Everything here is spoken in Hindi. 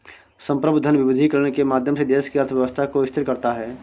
संप्रभु धन विविधीकरण के माध्यम से देश की अर्थव्यवस्था को स्थिर करता है